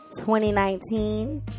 2019